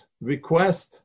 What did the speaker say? request